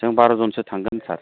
जों बार'जनसो थांगोन सार